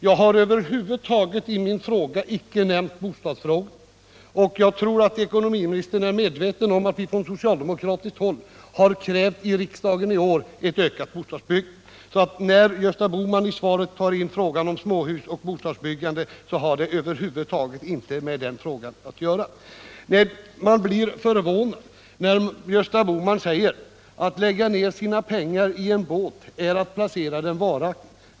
Jag har i min fråga över huvud taget icke nämnt bostadsproblemet; och jag tror att ekonomiministern är medveten om att vi från soctaldemokratiskt håll i riksdagen i år har krävt ökat bostadsbyggande. Frågan om småhus och bostadsbyggande, som Gösta Bohman tar upp i sitt svar, har inte alls med det här spörsmåletv att göra. Man blir förvånad när Gösta Bohman säger: ”Att lägga ner sina pengar i en båt är att placera dem varaktigt.